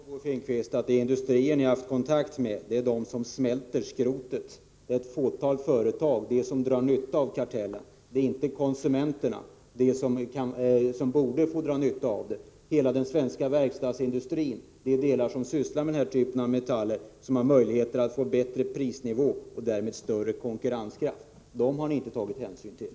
Herr talman! Är det inte så, Bo Finnkvist, att de industrier ni har haft kontakt med är de som smälter skrotet? Det är ett fåtal företag som drar nytta av kartellen. Konsumenterna, de som borde få dra nytta av den, den svenska verkstadsindustrin i de delar som sysslar med den här typen av metaller, som har möjlighet att få bättre prisnivå och därmed större konkurrenskraft — dem har ni inte tagit hänsyn till.